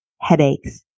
headaches